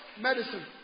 medicine